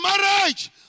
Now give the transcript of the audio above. marriage